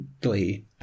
glee